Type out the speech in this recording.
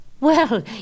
Well